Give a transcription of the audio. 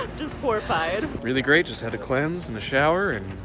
just poor fired really great just had to cleanse in the shower and